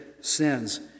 sins